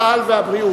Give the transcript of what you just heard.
צה"ל והבריאות.